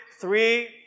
three